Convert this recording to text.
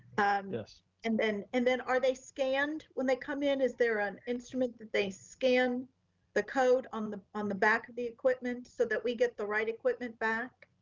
and then, and then are they scanned when they come in? is there an instrument that they scan the code on the um the back of the equipment so that we get the right equipment back?